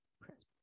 Press